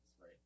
right